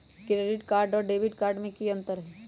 Credit card और debit card में की अंतर हई?